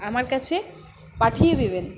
আমার কাছে পাঠিয়ে দেবেন